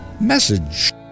message